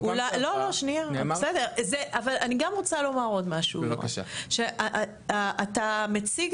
אני גם רוצה לומר עוד משהו: אתה מציג